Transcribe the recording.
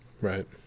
Right